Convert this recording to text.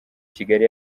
kigali